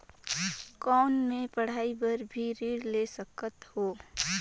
कौन मै पढ़ाई बर भी ऋण ले सकत हो?